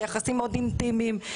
זה יחסים מאוד אינטימיים.